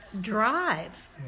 drive